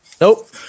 Nope